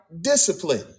discipline